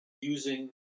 using